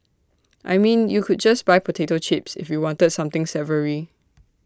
I mean you could just buy potato chips if you wanted something savoury